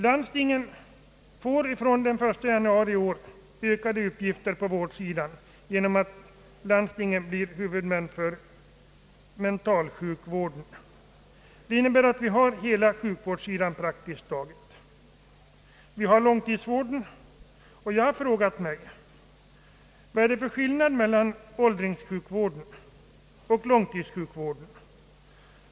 Landstingen får från den 1 januari i år ökade utgifter på vårdsidan eftersom de då blir huvudmän för mentalsjukvården. Det innebär att landstingen praktiskt taget övertar hela sjukvårdssidan; vi har redan långtidsvården. Jag har frågat mig: Vad är det för skillnad mellan åldringssjukvård och = långtidssjukvård?